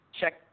Check